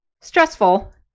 stressful